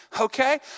Okay